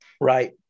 right